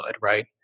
Right